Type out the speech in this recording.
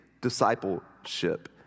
discipleship